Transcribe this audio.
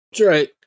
Right